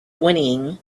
whinnying